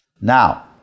Now